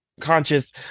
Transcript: conscious